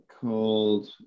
called